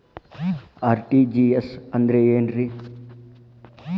RTGS ಅಂದ್ರ ಏನ್ರಿ?